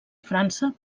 frança